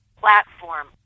platform